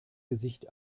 gesicht